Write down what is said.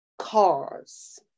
cars